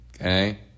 Okay